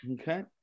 Okay